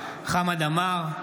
חמד עמאר,